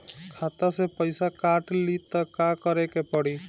खाता से पैसा काट ली त का करे के पड़ी?